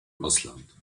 ausland